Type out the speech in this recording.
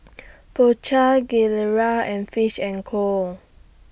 Po Chai Gilera and Fish and Co